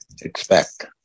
expect